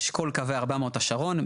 אשכול קווי 400 השרון.